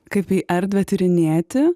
kaip į erdvę tyrinėti